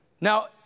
Now